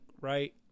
right